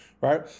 right